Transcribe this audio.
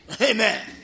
Amen